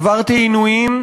עברתי עינויים,